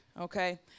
okay